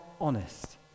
honest